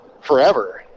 forever